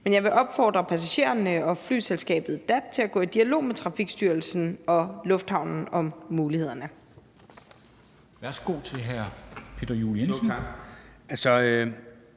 Men jeg vil opfordre passagererne og flyselskabet DAT til at gå i dialog med Trafikstyrelsen og lufthavnen om mulighederne.